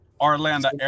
Orlando